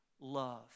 love